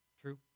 True